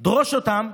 / דרוש אותם,